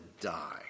die